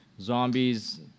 zombies